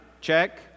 check